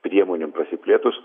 priemonėm prasiplėtus